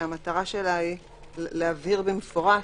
מטרתה להבהיר במפורש,